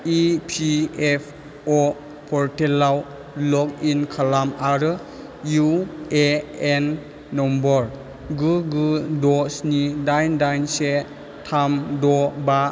E P F अ पर्टेलाव लग इन खालाम आरो इउ ए एन नम्बर गु गु द' स्नि दाइन दाइन से थाम द' बा